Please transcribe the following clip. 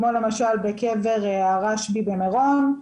כמו למשל בקבר הרשב"י במירון,